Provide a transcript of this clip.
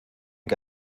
que